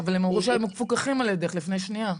אבל הם אמרו שהם מפוקחים על ידך לפני שנייה.